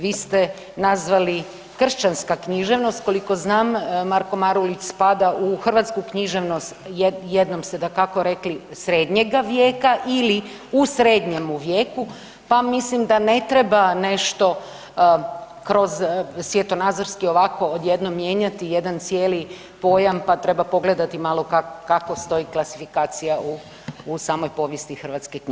Vi ste je nazvali kršćanska književnost, koliko znam, Marko Marulić spada u hrvatsku književnost, jednom ste dakako rekli srednjega vijeka ili u srednjemu vijeku pa mislim da ne treba nešto kroz svjetonazorski ovako odjednom mijenjati jedan cijeli pojam pa treba pogledati malo kako stoji klasifikacija u samoj povijesti hrvatske književnosti.